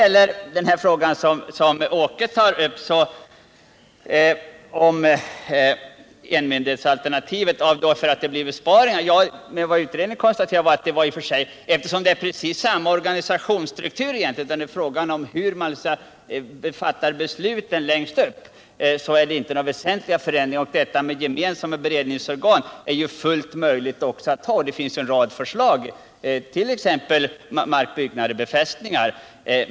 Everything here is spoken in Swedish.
Olle Göransson säger att enmyndighetsalternativ medför besparingar. Vad utredningen konstaterade var att det inte var någon väsentlig skillnad. Eftersom det i huvudsak är samma organisationsstruktur är egentligen frågan hur man fattar besluten längst upp. Det är ju också i ett flermyndighetsalternativ fullt möjligt att ha gemensamma beredningsorgan: Det finns en rad förslag om det, t.ex. när det gäller mark, byggnader och befästningar.